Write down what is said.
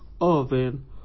oven